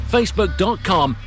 Facebook.com